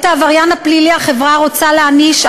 את העבריין הפלילי החברה רוצה להעניש,